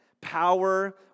power